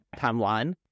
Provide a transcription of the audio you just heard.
timeline